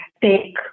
take